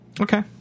Okay